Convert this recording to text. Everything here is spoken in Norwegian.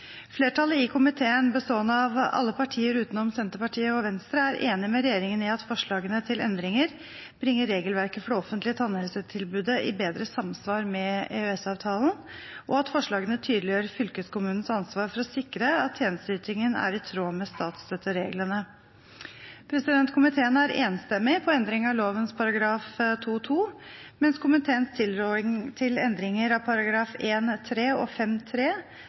Flertallet i komiteen, bestående av alle partier utenom Senterpartiet og SV, er enig med regjeringen i at forslagene til endringer bringer regelverket for det offentlige tannhelsetilbudet i bedre samsvar med EØS-avtalen, og at forslagene tydeliggjør fylkeskommunens ansvar for å sikre at tjenesteytingen er i tråd med statsstøttereglene. Komiteen er enstemmig når det gjelder endring av lovens § 2-2, mens komiteens tilråding til endringer av §§ 1-3 og